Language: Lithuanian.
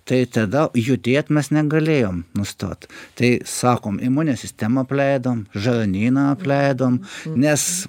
tai tada judėt mes negalėjom nustot tai sakom imuninę sistemą apleidom žarnyną apleidom nes